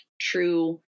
true